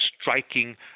striking